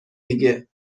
دیگه